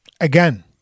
Again